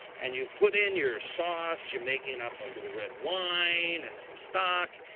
and you put in your sauce, you're making up a little red wine, and some stock,